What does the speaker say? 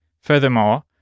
Furthermore